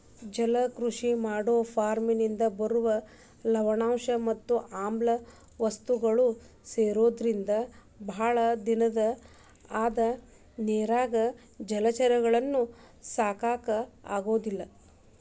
ಜಲಕೃಷಿ ಮಾಡೋ ಫಾರ್ಮನಿಂದ ಬರುವ ಲವಣಾಂಶ ಮತ್ ಆಮ್ಲಿಯ ವಸ್ತುಗಳು ಸೇರೊದ್ರಿಂದ ಬಾಳ ದಿನದತನ ಅದ ನೇರಾಗ ಜಲಚರಗಳನ್ನ ಸಾಕಾಕ ಆಗೋದಿಲ್ಲ